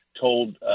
told